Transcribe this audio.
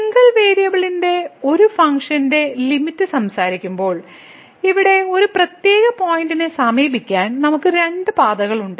single വേരിയബിളിന്റെ ഒരു ഫംഗ്ഷന്റെ ലിമിറ്റ് സംസാരിക്കുമ്പോൾ ഇവിടെ ഒരു പ്രത്യേക പോയിന്റിനെ സമീപിക്കാൻ നമ്മൾക്ക് രണ്ട് പാതകളുണ്ട്